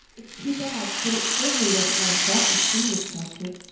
it's too bad but it certainly wasn't my fault, you see, miss cuthbert.